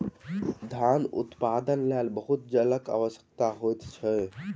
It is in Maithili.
धान उत्पादनक लेल बहुत जलक आवश्यकता होइत अछि